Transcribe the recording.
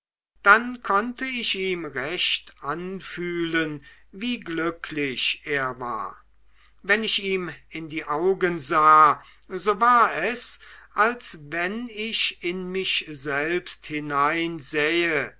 dann konnte ich ihm recht anfühlen wie glücklich er war wenn ich ihm in die augen sah so war es als wenn ich in mich selbst hineinsähe